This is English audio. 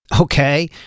Okay